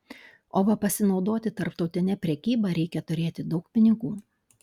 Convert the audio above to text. o va pasinaudoti tarptautine prekyba reikia turėti daug pinigų